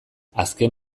azken